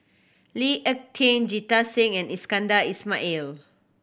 Lee Ek Kieng Jita Singh and Iskandar Ismail